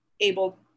able